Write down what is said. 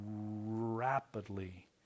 rapidly